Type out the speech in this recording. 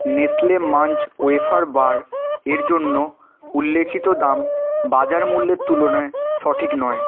Nestle Munch wafer bar এর জন্য উল্লিখিত দাম বাজার মূল্যের তুলনায় সঠিক নয়